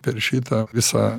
per šitą visą